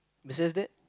besides that